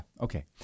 Okay